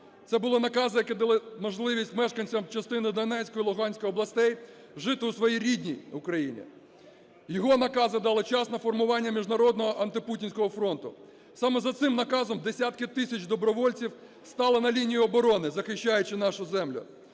Це були накази, які дали можливість мешканцям частини Донецька і Луганська областей жити у своїй рідній Україні. Його накази дали вчасне формування міжнародного антипутінського фронту. Саме за цим наказом десятки тисяч добровольців стали на лінію оборони, захищаючи нашу землю.